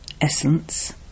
Essence